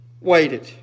Waited